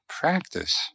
practice